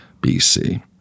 BC